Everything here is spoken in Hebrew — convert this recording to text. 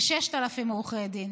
כ-6,000 עורכי דין.